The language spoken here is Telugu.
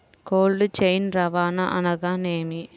కోల్డ్ చైన్ రవాణా అనగా నేమి?